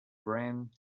brian